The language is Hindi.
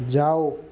जाओ